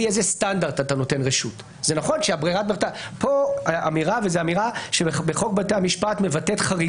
התשפ"ב 2022 תיקון חוק בתי המשפט 1. בחוק בתי המשפט ,